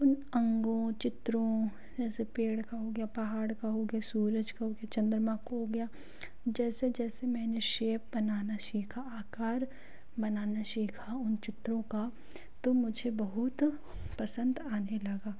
उन अंगों चित्रों जैसे पेड़ का हो गया पहाड़ का हो गया सूरज का हो गया चंद्रमा को हो गया जैसे जैसे मैंने शेप बनाना सीखा आकार बनाना सीखा उन चित्रों का तो मुझे बहुत पसंद आने लगा